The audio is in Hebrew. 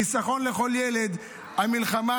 חיסכון לכל ילד על מלחמה